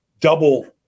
double